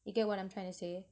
you get what I'm trying to say